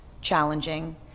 challenging